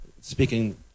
speaking